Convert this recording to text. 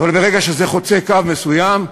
אבל ברגע שזה חוצה קו מסוים,